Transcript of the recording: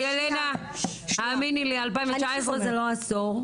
ילנה, האמיני לי, 2019 זה לא עשור.